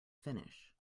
finish